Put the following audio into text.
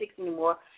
anymore